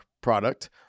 product